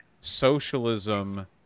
socialism